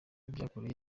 byakuruye